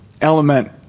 element